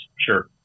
sure